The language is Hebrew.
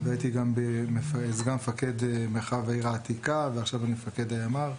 הייתי סגן מפקד מרחב העיר העתיקה ועכשיו אני מפקד הימ"ר.